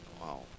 Wow